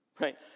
right